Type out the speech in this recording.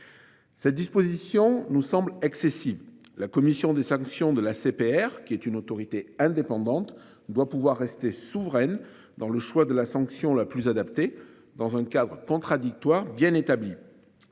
Cette disposition nous semble excessive. La commission des sanctions de la CPR, qui est une autorité indépendante doit pouvoir rester souveraine dans le choix de la sanction la plus adaptée dans un cadre contradictoires bien établies.